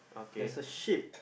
there's a ship